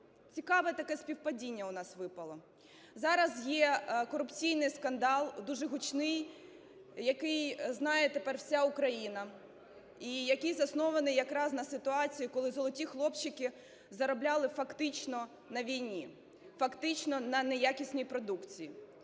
Цікаве таке співпадіння у нас випало. Зараз є корупційний скандал, дуже гучний, який знає тепер вся Україна і який заснований якраз на ситуації, коли "золоті хлопчики" заробляли фактично на війни, фактично на неякісній продукції.